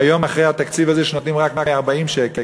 והיום אחרי התקציב הזה, כשנותנים רק 140 שקל,